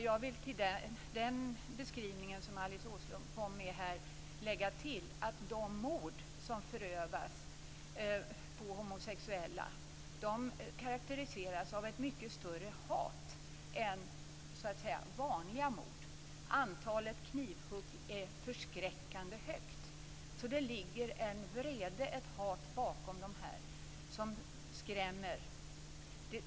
Jag vill till den beskrivning som Alice Åström kom med här lägga till att de mord som förövas på homosexuella karakteriseras av ett mycket större hat än så att säga vanliga mord. Antalet knivhugg är förskräckande stort. Det ligger en vrede och ett hat bakom dessa mord som skrämmer.